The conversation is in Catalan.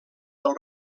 del